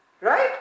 Right